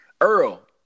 Earl